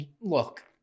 look